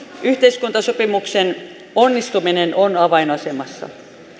yhteiskuntasopimuksen onnistuminen on avainasemassa